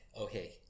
okay